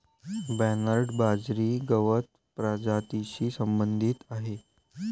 Bernard बाजरी गवत प्रजातीशी संबंधित आहे